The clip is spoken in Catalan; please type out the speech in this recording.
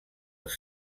els